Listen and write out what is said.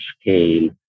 scale